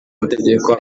amategeko